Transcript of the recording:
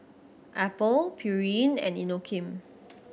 Apple Pureen and Inokim